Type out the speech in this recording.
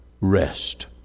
rest